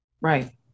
Right